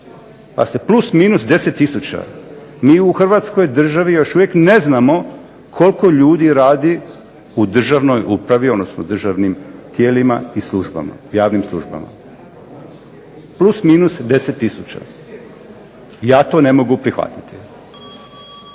Pa se plus, minus 10 tisuća. Mi u Hrvatskoj državi još uvijek ne znamo koliko ljudi radi u državnoj upravi odnosno državnim tijelima i javnim službama, plus, minus 10 tisuća. Ja to ne mogu prihvatiti.